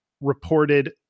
reported